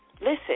Listen